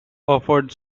offered